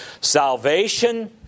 Salvation